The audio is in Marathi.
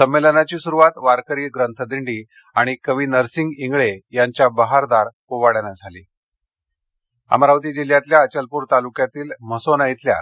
संमेलनाची सुरुवात वारकरी ग्रंथदिडी आणि कवी नरसिंग इंगळे यांच्या बहारदार पोवाङ्याने झाली स्थलांतर अमरावती अमरावती जिल्ह्यातल्या अचलपूर तालुक्यातील म्हसोना इथल्या